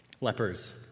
Lepers